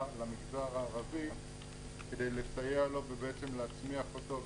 למגזר הערבי כדי לסייע לו ולהצמיח אותו.